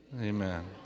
amen